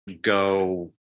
go